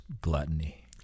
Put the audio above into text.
Gluttony